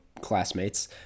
classmates